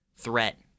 threat